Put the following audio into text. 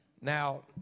Now